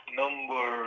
number